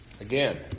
Again